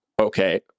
Okay